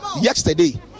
yesterday